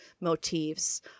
motifs